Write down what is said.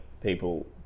people